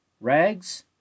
rags